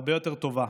הרבה יותר טובה,